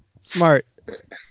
Smart